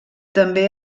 també